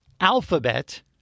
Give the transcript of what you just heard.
Alphabet